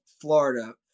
Florida